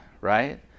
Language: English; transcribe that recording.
right